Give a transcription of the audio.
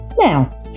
Now